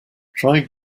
try